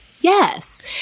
Yes